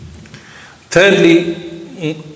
Thirdly